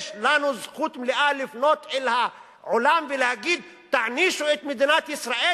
יש לנו זכות מלאה לפנות אל העולם ולהגיד: תענישו את מדינת ישראל,